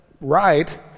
right